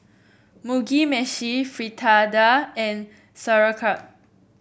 Mugi Meshi Fritada and Sauerkraut